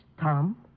Tom